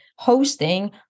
hosting